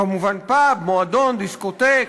כמובן, פאב, מועדון, דיסקוטק,